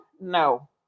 No